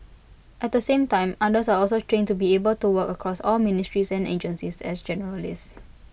at the same time others are also trained to be able to work across all ministries and agencies as generalists